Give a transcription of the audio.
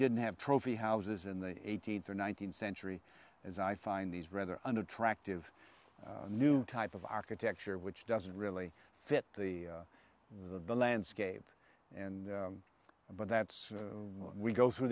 didn't have trophy houses in the eighteenth or nineteenth century as i find these rather unattractive new type of architecture which doesn't really fit the the bill landscape and but that's why we go through